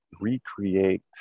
recreate